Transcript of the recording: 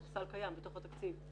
הסל קיים בתוך התקציב.